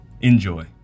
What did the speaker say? Enjoy